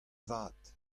vat